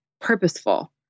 purposeful